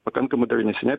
pakankamai dar neseniai